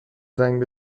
زنگ